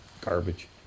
garbage